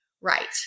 Right